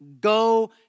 Go